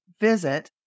Visit